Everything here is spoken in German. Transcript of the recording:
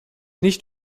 nicht